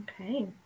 Okay